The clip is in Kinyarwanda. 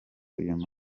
uyu